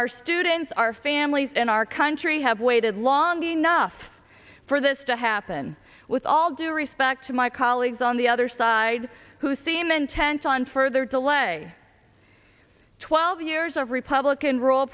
our students our families and our country have waited long enough for this to happen with all due respect to my colleagues on the other side who seem intent on further delay twelve years of republican ru